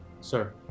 Sir